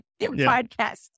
podcast